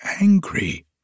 angry